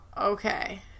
okay